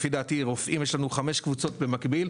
לפי דעתי רופאים יש לנו חמש קבוצות במקביל.